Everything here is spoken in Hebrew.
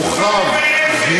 הורחב, מביישת.